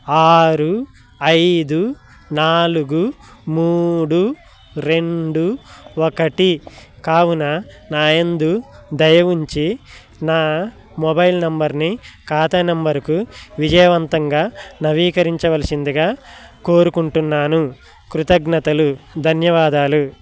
ఆరు ఐదు నాలుగు మూడు రెండు ఒకటి కావున నాయందు దయవుంచి నా మొబైల్ నెంబర్ని ఖాతా నెంబరుకు విజయవంతంగా నవీకరించవలసిందిగా కోరుకుంటున్నాను కృతజ్ఞతలు ధన్యవాదాలు